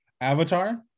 avatar